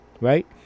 Right